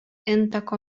intako